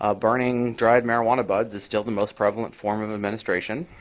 ah burning dried marijuana buds is still the most prevalent form of administration.